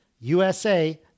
USA